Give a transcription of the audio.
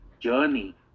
journey